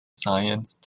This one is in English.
science